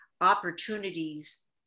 opportunities